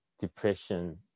depression